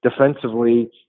defensively